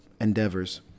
endeavors